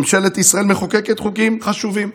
ממשלת ישראל מחוקקת חוקים חשובים.